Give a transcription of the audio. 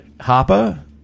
Hopper